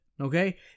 okay